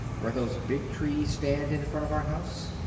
where those big trees stand in front of our house?